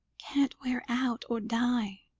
can't wear out or die,